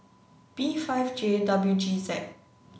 B five J W G Z